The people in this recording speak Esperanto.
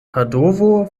padovo